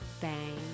Bang